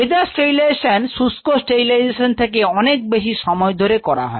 ভেজা স্টেরিলাইজেশন শুষ্ক স্টেরিলাইজেশন এর থেকে অনেক বেশি সময় ধরে করা হয়